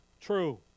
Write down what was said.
true